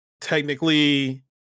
technically